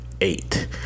eight